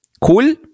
Cool